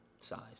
size